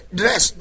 dress